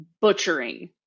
butchering